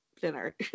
dinner